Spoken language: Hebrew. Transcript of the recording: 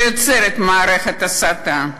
שיוצרת מערכת הסתה,